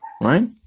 right